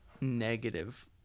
negative